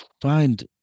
find